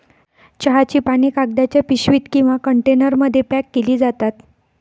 चहाची पाने कागदाच्या पिशवीत किंवा कंटेनरमध्ये पॅक केली जातात